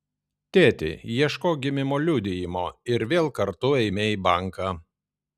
tėti ieškok gimimo liudijimo ir vėl kartu eime į banką